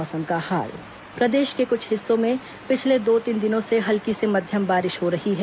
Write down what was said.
मौसम प्रदेश के कुछ हिस्सों में पिछले दो तीन दिनों से हल्की से मध्यम बारिश हो रही है